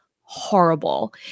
horrible